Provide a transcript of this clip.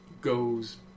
goes